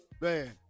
Man